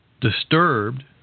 disturbed